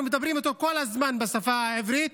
אנחנו מדברים איתו כל הזמן בשפה העברית,